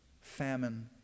famine